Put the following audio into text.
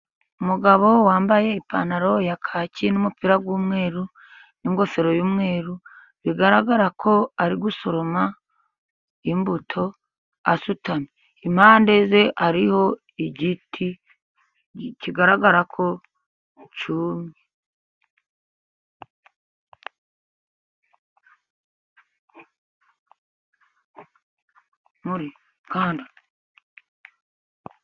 Umugabo wambaye ipantaro ya kaki n'umupira w'umweru n'ingofero y'umweru, bigaragara ko ari gusoroma imbuto asutamye, impande ye hariho igiti kigaragara ko cyumye.